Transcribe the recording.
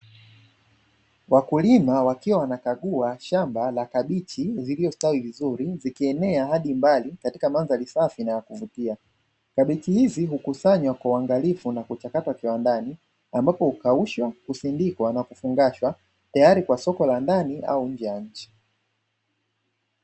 Wakulima wakiwa wanakagua shamba la kabichi zilizostawi vizuri zikienea hadi mbal katika mandhari safi na ya kuvutia, kabichi hizi hukusanywa kwa uangalifu na kupelewa kiwandani ambapo huchakatwa na kusindikwa tayari kwa soko la ndani au nje ya nchi.